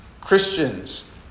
Christians